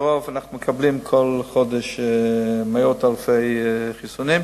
אנחנו מקבלים כל חודש מאות אלפי חיסונים,